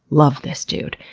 love this dude.